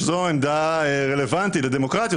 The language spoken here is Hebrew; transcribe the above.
שזו עמדה רלוונטית לדמוקרטיות.